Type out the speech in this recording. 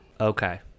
Okay